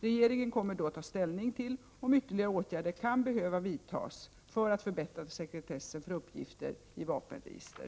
Regeringen kommer då att ta ställning till om ytterligare åtgärder kan behöva vidtas för att förbättra sekretessen för uppgifter i vapenregister.